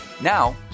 Now